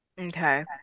Okay